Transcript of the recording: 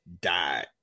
died